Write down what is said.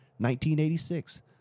1986